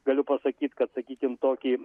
galiu pasakyt kad sakykim tokį